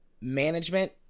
management